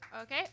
Okay